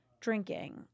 drinking